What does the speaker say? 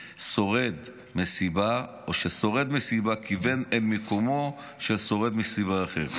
שורד מסיבה או ששורד מסיבה כיוון אל מיקומו של שורד מסיבה אחר.